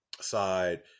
side